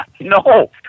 No